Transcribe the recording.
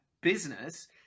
business